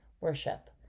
worship